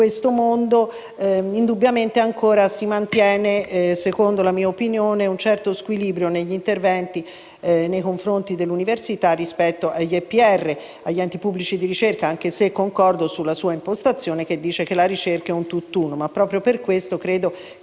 mondo, indubbiamente ancora si mantiene, secondo la mia opinione, un certo squilibrio nelle misure in favore delle università rispetto agli enti pubblici di ricerca, anche se concordo sulla sua impostazione secondo cui la ricerca è un tutt'uno. Proprio per questo credo che,